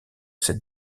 cette